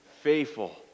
faithful